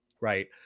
right